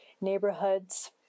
neighborhoods